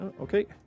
Okay